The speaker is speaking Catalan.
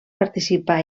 participà